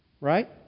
Right